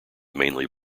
mainly